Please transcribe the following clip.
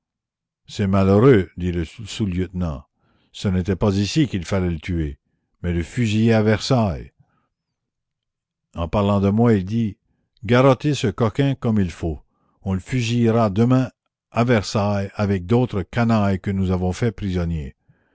c'est malheureux dit le sous-lieutenant ce n'était pas ici qu'il fallait le tuer mais le fusiller à versailles en parlant de moi il dit garrottez ce coquin comme il faut on le fusillera demain à versailles avec d'autres canailles que nous avons faits prisonniers